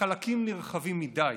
בחלקים נרחבים מדי